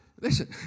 listen